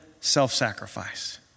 self-sacrifice